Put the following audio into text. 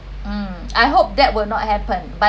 um I hope that will not happen but